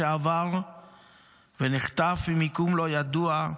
שעבר ונחטף ממיקום לא ידוע,